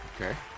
Okay